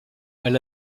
elle